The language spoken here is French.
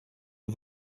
nos